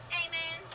amen